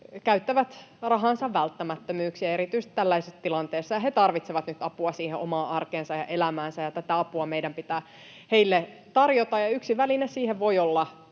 käyttävät rahansa välttämättömyyksiin, erityisesti tällaisessa tilanteessa. He tarvitsevat nyt apua siihen omaan arkeensa ja elämäänsä, ja tätä apua meidän pitää heille tarjota. Yksi väline siihen voi olla